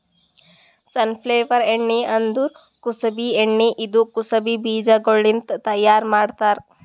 safflower ಎಣ್ಣಿ ಅಂದುರ್ ಕುಸುಬಿ ಎಣ್ಣಿ ಇದು ಕುಸುಬಿ ಬೀಜಗೊಳ್ಲಿಂತ್ ತೈಯಾರ್ ಮಾಡ್ತಾರ್